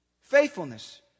Faithfulness